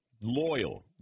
loyal